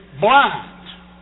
blind